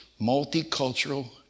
Multicultural